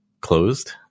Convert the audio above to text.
closed